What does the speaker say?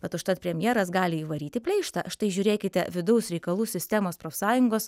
bet užtat premjeras gali įvaryti pleištą štai žiūrėkite vidaus reikalų sistemos profsąjungos